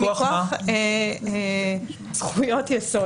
מכוח זכויות יסוד.